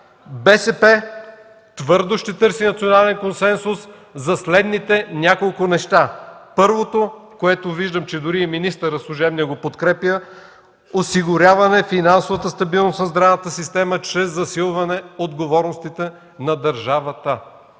БСП твърдо ще търси национален консенсус за следните няколко неща. Първото, което виждам, че дори служебният министър го подкрепя – осигуряване финансовата стабилност на здравната система чрез засилване отговорностите на държавата.